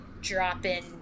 dropping